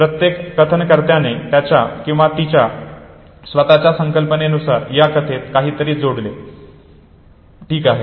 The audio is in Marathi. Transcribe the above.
प्रत्येक कथनकर्त्याने त्याच्या किंवा तिच्या स्वतःच्या कल्पनेनुसार या कथेत काहीतरी जोडले ठीक आहे